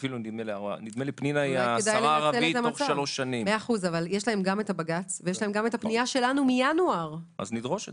שאם היה צריך לתת להם גם 100,000 שקלים בחודש היית עושה את